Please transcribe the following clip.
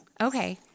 Okay